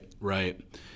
right